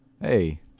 Hey